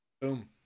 Boom